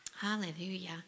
Hallelujah